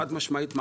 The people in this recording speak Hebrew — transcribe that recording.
חד-משמעית,